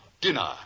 dinner